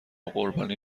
قربانی